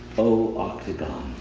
oh octagon.